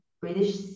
British